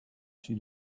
she